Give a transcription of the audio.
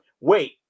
wait